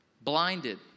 Blinded